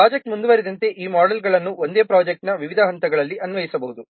project ಮುಂದುವರೆದಂತೆ ಈ ಮೋಡೆಲ್ಗಳನ್ನು ಒಂದೇ ಪ್ರೊಜೆಕ್ಟ್ನ ವಿವಿಧ ಹಂತಗಳಲ್ಲಿ ಅನ್ವಯಿಸಬಹುದು